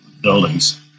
buildings